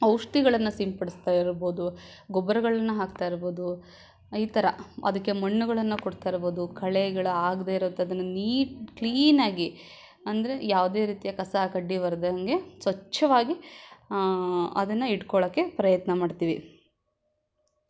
ಔಷಧಿಗಳನ್ನು ಸಿಂಪಡಿಸ್ತಾ ಇರ್ಬೋದು ಗೊಬ್ಬರಗಳನ್ನು ಹಾಕ್ತಾ ಇರ್ಬೋದು ಈ ಥರ ಅದಕ್ಕೆ ಮಣ್ಣುಗಳನ್ನು ಕೊಡ್ತಾ ಇರ್ಬೋದು ಕಳೆಗಳು ಆಗದೆ ಇರೋ ತದ್ ಅದನ್ನ ನೀಟ್ ಕ್ಲೀನ್ ಆಗಿ ಅಂದರೆ ಯಾವುದೇ ರೀತಿಯ ಕಸ ಕಡ್ಡಿ ಬರ್ದಂಗೆ ಸ್ವಚ್ಛವಾಗಿ ಅದನ್ನು ಇಟ್ಕೊಳ್ಳೋಕ್ಕೆ ಪ್ರಯತ್ನ ಮಾಡ್ತೀವಿ